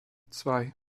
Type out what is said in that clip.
zwei